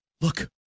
look